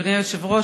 אדוני היושב-ראש,